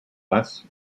les